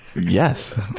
yes